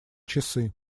часы